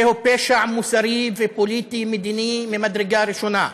זה הוא פשע מוסרי ופוליטי-מדיני ממדרגה ראשונה.